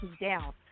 down